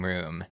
Room